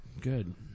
good